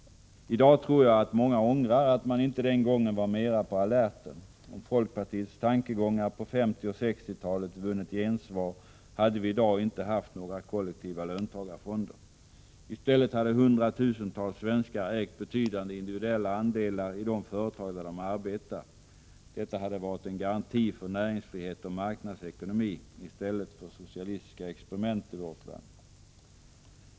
I dag tror jag att många ångrar att man inte den gången var mera på alerten. Om folkpartiets tankegångar på 1950 och 1960-talet vunnit gensvar hade vi i dag inte haft några kollektiva löntagarfonder. I stället hade hundratusentals svenskar ägt betydande individuella andelar i de företag där de arbetar. Detta hade varit en garanti för näringsfrihet och marknadsekonomi i stället för socialistiska experiment i vårt land.